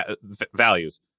values